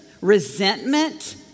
resentment